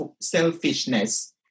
selfishness